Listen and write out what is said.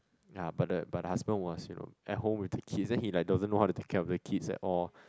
ya but the but the husband was you know at home with the kids then he like doesn't know how to take care of the kids at all